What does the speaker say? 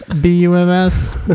B-U-M-S